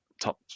top